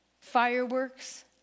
Fireworks